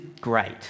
great